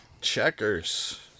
Checkers